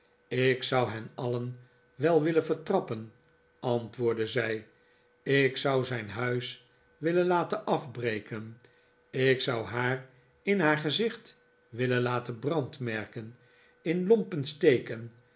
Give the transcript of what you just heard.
ik zou hen alien wel willen vertrappen antwoordde zij ik zou zijn huis willen laten afbrekem ik zou haar in haar gezicht willen laten brandmerken in lompen steken